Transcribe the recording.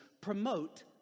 promote